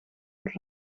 het